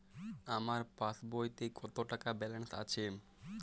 আমার পাসবইতে কত টাকা ব্যালান্স আছে?